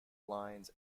lines